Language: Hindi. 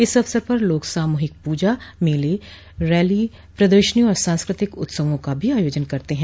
इस अवसर पर लोग सामूहिक पूजा मेले रैली प्रदर्शनी और सांस्कृतिक उत्सवों का भी आयोजन करते हैं